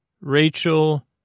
Rachel